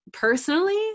Personally